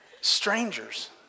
strangers